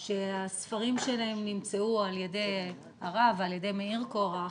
שהספרים שלהם נמצאו על ידי הרב ועל ידי מאיר קורח,